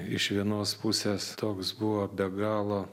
iš vienos pusės toks buvo be galo